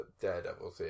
Daredevil